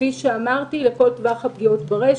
כפי שאמרתי, לכל טווח הפגיעות ברשת.